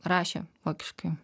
rašė vokiškai